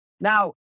Now